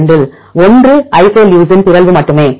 2 ஆல் 1 ஐசோலூசின் பிறழ்வு மட்டுமே